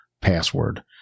password